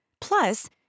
Plus